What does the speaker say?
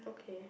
okay